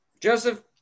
Joseph